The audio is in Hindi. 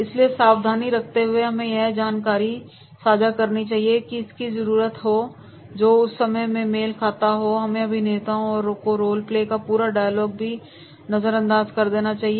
इसलिए सावधानी रखते हुए हमें वही जानकारी साझा करनी चाहिए जिसकी जरूरत हो और जो उस विषय से मेल खाता हो और हमें अभिनेताओं का रोलप्ले में पूरे डायलॉग को भी नजरअंदाज करना चाहिए